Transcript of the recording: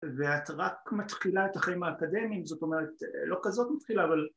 ‫ואת רק מתחילה את החיים האקדמיים, ‫זאת אומרת, לא כזאת מתחילה, אבל...